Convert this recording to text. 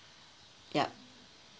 yup